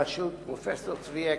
בראשות פרופסור צבי אקשטיין,